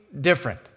different